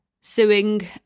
suing